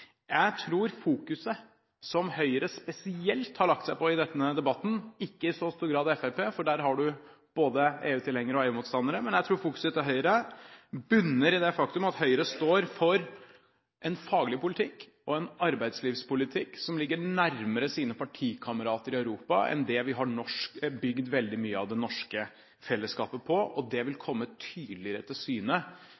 Jeg tror fokuset som Høyre spesielt har lagt seg på i denne debatten – ikke i så stor grad Fremskrittspartiet, for der har du både EU-tilhengere og EU-motstandere – bunner i det faktum at Høyre står for en faglig politikk og en arbeidslivspolitikk som ligger nærmere sine partikamerater i Europa enn det vi har bygd veldig mye av det norske fellesskapet på, og det vil